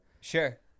Sure